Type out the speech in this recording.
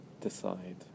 decide